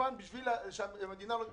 כמובן בשביל שהמדינה לא תשותק.